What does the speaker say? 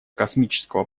космического